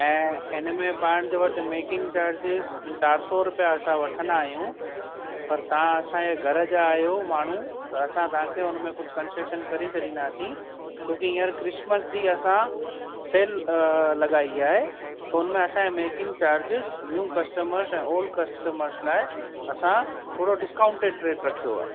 ऐं हिनमें पाण जे वटि मेकींग चार्जिस चारि सौ रुपिया असां वठंदा आहियूं पर तव्हां असांजे घर जा आहियो माण्हूं त असां तव्हांखे उनमें कझु कन्सेशन करे छॾींदासीं छो के हीअंर क्रिसिमस जी असां सेल लॻाई आहे त उनमें असांजे मेकिंग चार्जिस न्यू कस्टमर्स ऐं ऑल कस्टमर्स लाइ असां थोरो डिस्काऊंटेड रेट रखियो आहे